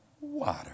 water